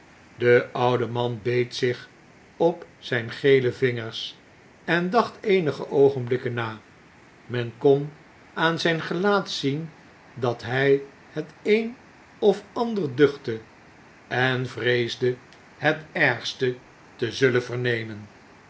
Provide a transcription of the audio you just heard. de oude man beet zich op zijn gele vingers en dacht eenige oogenbükken na men kon aan zijn gelaat zien dat hij het een of ander duchtte en vreesde het ergste te zullen vernemen